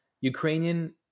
Ukrainian